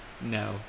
no